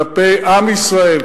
כלפי עם ישראל,